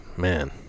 Man